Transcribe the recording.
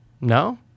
No